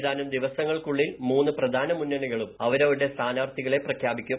ഏതാനും ദിവസങ്ങൾക്കുള്ളിൽ മൂന്ന് പ്രധാന മുന്നണികളും അവരുടെ സ്ഥാനാർഥികളെ പ്രഖ്യാപിക്കും